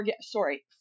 sorry